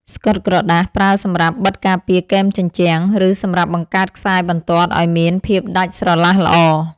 ស្កុតក្រដាស ប្រើសម្រាប់បិទការពារគែមជញ្ជាំង ឬសម្រាប់បង្កើតខ្សែបន្ទាត់ឱ្យមានភាពដាច់ស្រឡះល្អ។